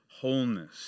wholeness